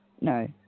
No